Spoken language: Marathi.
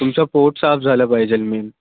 तुमचं पोट साफ झालं पाहिजे मेन